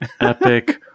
epic